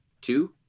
two